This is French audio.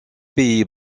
pays